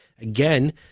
again